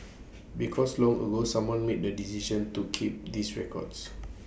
because long ago someone made the decision to keep these records